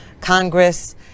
Congress